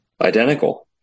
Identical